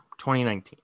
2019